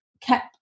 kept